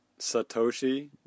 Satoshi